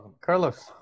Carlos